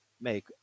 make